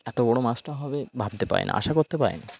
এত বড় মাছটা হবে ভাবতে পারি না আশা করতে পারি না